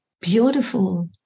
beautiful